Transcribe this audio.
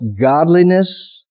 godliness